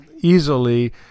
easily